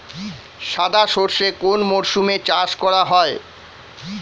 সাদা সর্ষে কোন মরশুমে চাষ করা হয়?